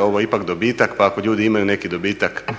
Ovo je ipak dobitak, pa ako ljudi imaju neki dobitak